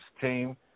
team